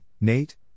Nate